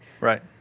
Right